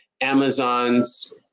Amazon's